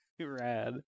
Rad